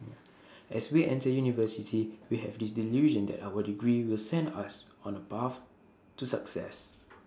as we enter university we have this delusion that our degree will send us on A path to success